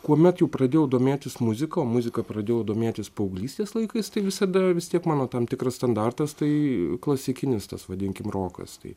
kuomet jau pradėjau domėtis muzika o muzika pradėjau domėtis paauglystės laikais tai visada vis tiek mano tam tikras standartas tai klasikinis tas vadinkim rokas tai